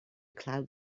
cloud